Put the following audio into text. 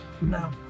No